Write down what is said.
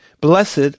Blessed